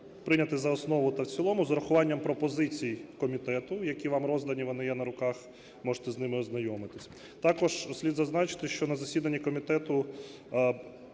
прийняти за основу та в цілому з урахуванням пропозицій комітету, які вам роздані, вони є на руках, можете з ними ознайомитись. Також слід зазначити, що на засіданні комітету